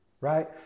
right